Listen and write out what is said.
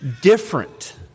different